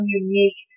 unique